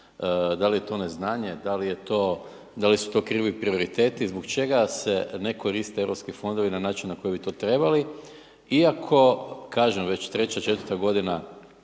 dal je to neznanje, da li su to krivi prioriteti, zbog čega se ne koriste Europski fondovi na način na koji bi to trebali iako, kažem već treća, četvrta godina,